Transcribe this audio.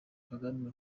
kagame